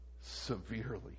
severely